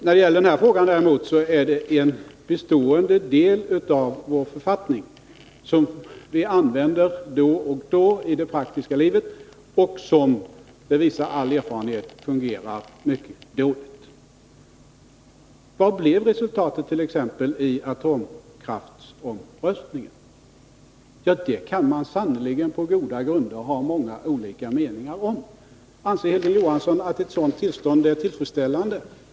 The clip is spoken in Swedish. När det däremot gäller frågan om folkomröstningar vill jag säga att bestämmelserna om dem är en bestående del av vår författning som vi använder då och då i det praktiska livet och som — det visar all erfarenhet — fungerar mycket dåligt. 5 Vad blev resultatet t.ex. i atomkraftsomröstningen? Det kan man sannerligen på goda grunder ha många olika uppfattningar om. Anser Hilding Johansson att ett sådant tillstånd är tillfredsställande?